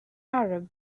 arab